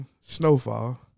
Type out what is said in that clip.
Snowfall